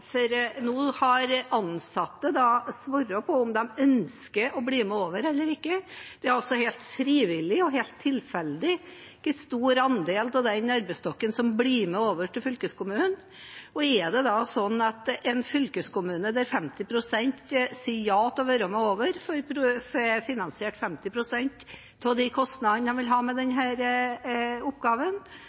for nå har ansatte svart på om de ønsker å bli med over eller ikke. Det er altså helt frivillig og helt tilfeldig hvor stor andel av arbeidsstokken som blir med over til fylkeskommunen. Er det da sånn at en fylkeskommune der 50 pst. sier ja til å være med over, får finansiert 50 pst. av kostnadene de vil få med denne oppgaven,